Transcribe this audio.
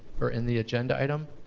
or in the agenda item,